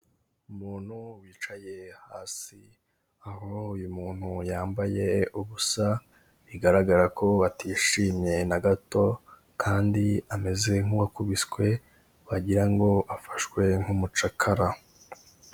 Umuntu wicaye hasi aho uyu muntu yambaye ubusa bigaragara ko batishimye na gato kandi ameze nk'uwakubiswe wagira ngo afashwe nk'umucakara,